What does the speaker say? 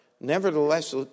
Nevertheless